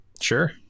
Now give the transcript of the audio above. sure